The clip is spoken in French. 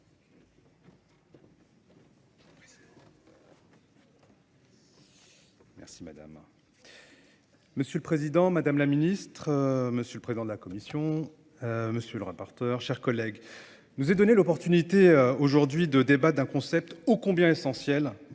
Merci madame. Monsieur le Président, Madame la Ministre, Monsieur le Président de la Commission, Monsieur le Rapporteur, chers collègues, nous est donné l'opportunité aujourd'hui de débattre d'un concept ô combien essentiel